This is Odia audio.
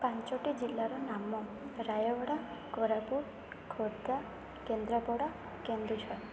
ପାଞ୍ଚଟି ଜିଲ୍ଲାର ନାମ ରାୟଗଡ଼ା କୋରାପୁଟ ଖୋର୍ଦ୍ଧା କେନ୍ଦ୍ରାପଡ଼ା କେନ୍ଦୁଝର